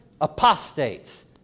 apostates